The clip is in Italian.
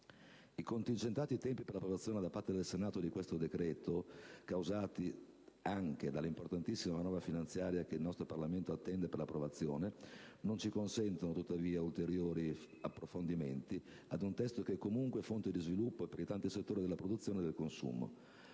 I contingentati tempi per 1'approvazione da parte del Senato di questo decreto, causati anche dall'importantissima manovra finanziaria che il nostro Parlamento attende per 1'approvazione, non ci consentono tuttavia ulteriori approfondimenti rispetto ad un testo che è comunque fonte di sviluppo per i tanti settori della produzione e del consumo.